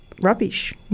rubbish